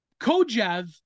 kojev